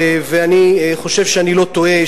ואני חושב שאני לא טועה,